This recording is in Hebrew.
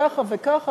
ככה וככה,